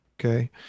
Okay